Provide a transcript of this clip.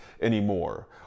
anymore